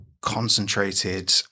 concentrated